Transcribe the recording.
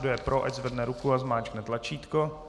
Kdo je pro, ať zvedne ruku a zmáčkne tlačítko.